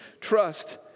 trust